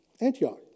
Antioch